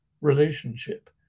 relationship